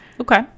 Okay